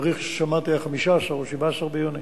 התאריך ששמעתי היה 15 או 17 ביוני.